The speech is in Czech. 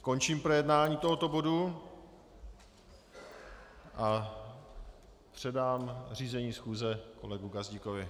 Končím projednání tohoto bodu a předám řízení schůze kolegovi Gazdíkovi.